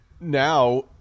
Now